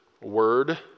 word